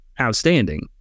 outstanding